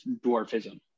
dwarfism